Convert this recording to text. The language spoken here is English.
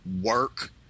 work